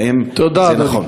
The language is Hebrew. האם זה נכון?